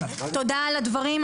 תודה על הדברים.